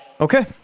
Okay